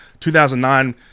2009